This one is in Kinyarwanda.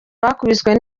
bakubiswe